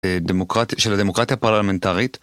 של הדמוקרטיה הפרלמנטרית